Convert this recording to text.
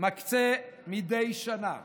מקצה מדי שנה